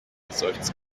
seufzt